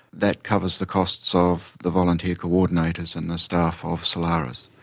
that covers the costs of the volunteer coordinators and the staff of solaris.